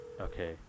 Okay